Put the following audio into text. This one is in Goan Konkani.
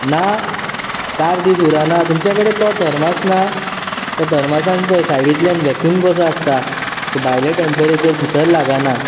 ना चार दीस उराना तुमचें कडेन तो थर्मास ना त्या थर्मासान पळय सायडीकल्यान वैक्यूम कसो आस्ता सो भायले टेम्परेचर भितर लागाना